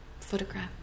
photograph